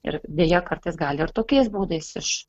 ir deja kartais gal ir tokiais būdais iš